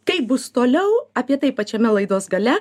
taip bus toliau apie tai pačiame laidos gale